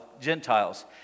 Gentiles